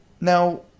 Now